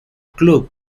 club